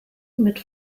mit